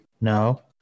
no